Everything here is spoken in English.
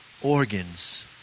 organs